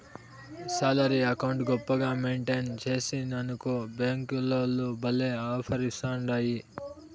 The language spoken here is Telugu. శాలరీ అకౌంటు గొప్పగా మెయింటెయిన్ సేస్తివనుకో బ్యేంకోల్లు భల్లే ఆపర్లిస్తాండాయి